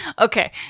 Okay